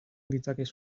ditzakezu